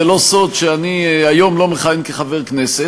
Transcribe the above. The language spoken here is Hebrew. זה לא סוד שאני היום לא מכהן כחבר כנסת,